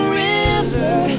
river